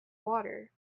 water